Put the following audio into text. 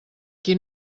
qui